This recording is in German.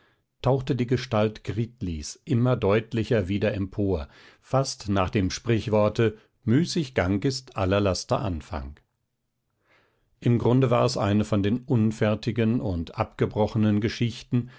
tauchte die gestalt gritlis immer deutlicher wieder empor fast nach dem sprichworte müßiggang ist aller laster anfang im grunde war es eine von den unfertigen und abgebrochenen geschichten